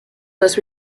was